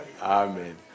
Amen